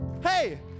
Hey